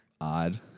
odd